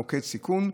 מוקד סיכון,